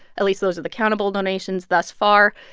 at least those are the countable donations thus far.